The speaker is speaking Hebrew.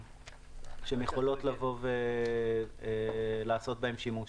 שהן יכולות לעשות בהם שימוש.